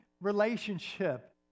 relationship